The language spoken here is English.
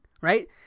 right